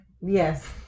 Yes